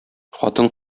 хатын